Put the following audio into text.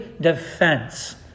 defense